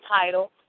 title